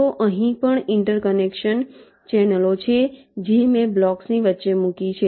તો અહીં પણ ઇન્ટરકનેક્શન ચેનલો છે જે મેં બ્લોકની વચ્ચે મૂકી છે